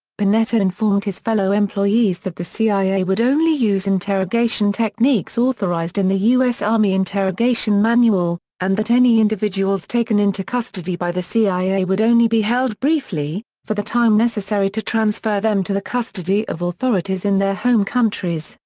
panetta informed his fellow employees that the cia would only use interrogation techniques authorized in the us army interrogation manual, manual, and that any individuals taken into custody by the cia would only be held briefly, for the time necessary to transfer them to the custody of authorities in their home countries,